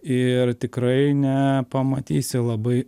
ir tikrai nepamatysi labai